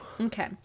Okay